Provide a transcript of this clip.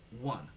one